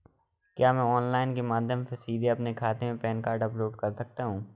क्या मैं ऑनलाइन के माध्यम से सीधे अपने खाते में पैन कार्ड अपलोड कर सकता हूँ?